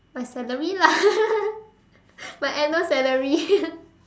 my salary lah my annual salary